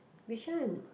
Bishan